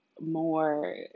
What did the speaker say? more